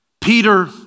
Peter